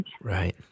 Right